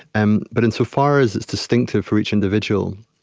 and but insofar as it's distinctive for each individual,